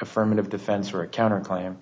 affirmative defense or a counter claim